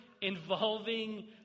involving